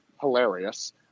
Hilarious